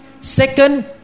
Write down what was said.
Second